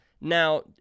Now